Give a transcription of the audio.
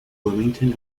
bloomington